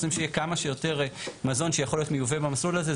רוצים שיהיה כמה שיותר מזון שיכול להיות מיובא במסלול הזה.